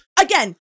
Again